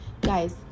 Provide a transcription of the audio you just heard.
Guys